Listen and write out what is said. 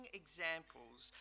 examples